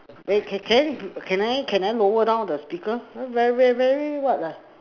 can can can I can I lower down the speaker very very what lah